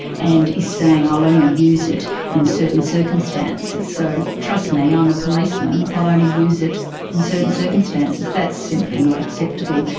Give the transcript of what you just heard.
and is saying, i'll only use it in certain so trust me, i'm a policeman, i'll only use it in certain circumstances', that's simply not acceptable,